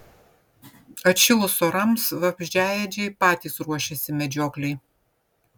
atšilus orams vabzdžiaėdžiai patys ruošiasi medžioklei